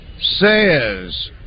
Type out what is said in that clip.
says